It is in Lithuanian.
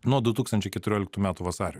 nuo du tūkstančiai keturioliktų metų vasario